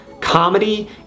comedy